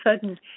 sudden